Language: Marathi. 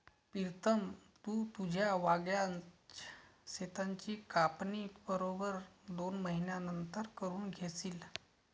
प्रीतम, तू तुझ्या वांग्याच शेताची कापणी बरोबर दोन महिन्यांनंतर करून घेशील